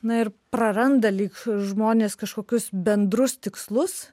na ir praranda lyg žmonės kažkokius bendrus tikslus